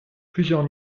plusieurs